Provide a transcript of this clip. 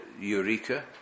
Eureka